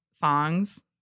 thongs